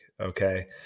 okay